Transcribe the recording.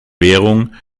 währung